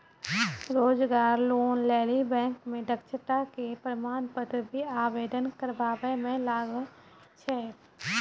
रोजगार लोन लेली बैंक मे दक्षता के प्रमाण पत्र भी आवेदन करबाबै मे लागै छै?